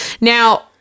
now